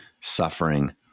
suffering